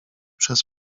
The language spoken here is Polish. przez